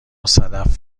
صدف